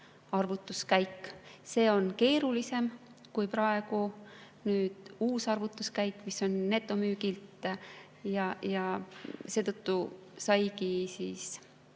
arvutuskäik. See on keerulisem kui nüüd uus arvutuskäik, mis on netomüügilt, ja seetõttu saigi